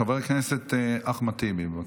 חבר הכנסת אחמד טיבי, בבקשה.